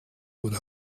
would